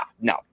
No